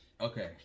okay